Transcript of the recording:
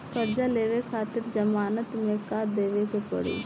कर्जा लेवे खातिर जमानत मे का देवे के पड़ी?